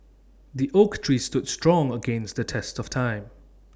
the oak tree stood strong against the test of time